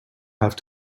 have